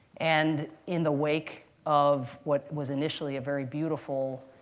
and in the wake of what was initially a very beautiful